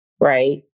right